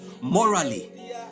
morally